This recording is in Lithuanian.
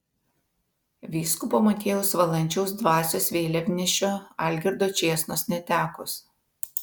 vyskupo motiejaus valančiaus dvasios vėliavnešio algirdo čėsnos netekus